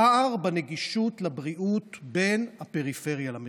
פער בנגישות הבריאות בין הפריפריה למרכז.